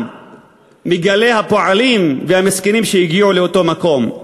מגלי הפועלים והמסכנים שהגיעו לאותו מקום.